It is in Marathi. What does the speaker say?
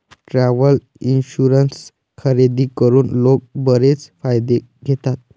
ट्रॅव्हल इन्शुरन्स खरेदी करून लोक बरेच फायदे घेतात